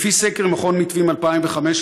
לפי סקר של מכון מיתווים ל-2015,